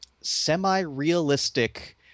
semi-realistic